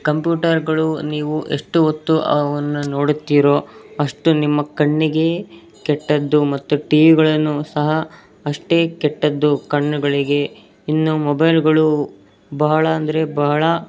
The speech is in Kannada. ಕಂಪ್ಯೂಟರ್ಗಳು ನೀವು ಎಷ್ಟು ಹೊತ್ತು ಅವನ್ನು ನೋಡುತ್ತೀರೊ ಅಷ್ಟು ನಿಮ್ಮ ಕಣ್ಣಿಗೆ ಕೆಟ್ಟದ್ದು ಮತ್ತು ಟಿ ವಿಗಳನ್ನು ಸಹ ಅಷ್ಟೇ ಕೆಟ್ಟದ್ದು ಕಣ್ಣುಗಳಿಗೆ ಇನ್ನು ಮೊಬೈಲ್ಗಳು ಬಹಳ ಅಂದರೆ ಬಹಳ